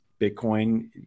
Bitcoin